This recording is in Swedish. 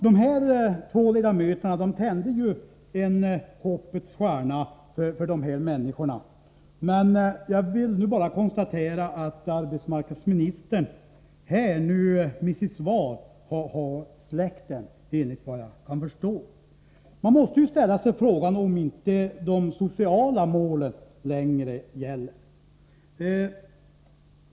De här två ledamöterna tände ju en hoppets stjärna för dessa människor. Jag vill då bara konstatera att arbetsmarknadsministern, såvitt jag kan förstå, med sitt svar har släckt denna hoppets stjärna. Man måste ställa sig frågan om de sociala målen inte längre gäller.